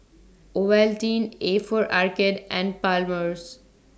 Ovaltine A For Arcade and Palmer's